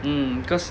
um because